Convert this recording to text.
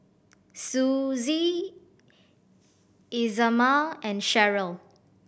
Suzie Isamar and Sheryl